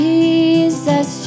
Jesus